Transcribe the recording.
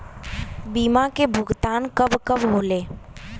बीमा के भुगतान कब कब होले?